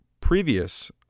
previous